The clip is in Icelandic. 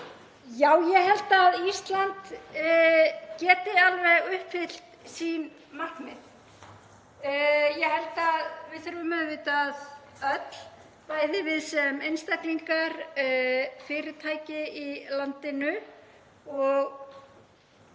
Já, ég held að Ísland geti alveg uppfyllt sín markmið. Ég held að við þurfum auðvitað öll, bæði við sem einstaklingar, fyrirtæki í landinu og